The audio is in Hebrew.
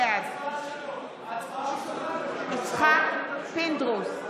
בעד יצחק פינדרוס,